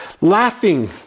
laughing